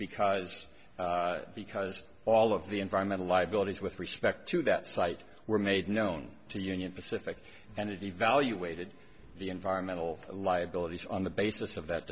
because because all of the environmental liabilities with respect to that site were made known to union pacific and evaluated the environmental liabilities on the basis of that